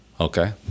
Okay